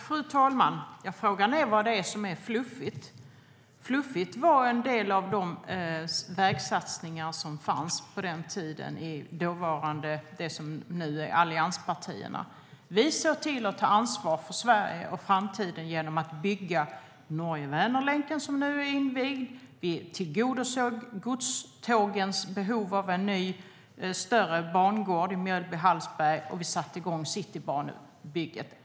Fru talman! Frågan är vad det är som är fluffigt. Fluffiga var en del av de vägsatsningar som gjordes av de som nu är allianspartierna. Vi ser till att ta ansvar för Sverige och framtiden genom att bygga Norge-Vänernlänken som nu är invigd, vi tillgodosåg godstågens behov av nya och större bangårdar i Mjölby och Hallsberg och vi satte i gång Citybanebygget.